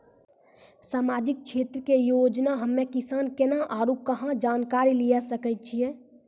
समाजिक क्षेत्र के योजना हम्मे किसान केना आरू कहाँ जानकारी लिये सकय छियै?